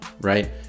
right